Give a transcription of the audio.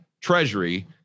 treasury